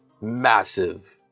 massive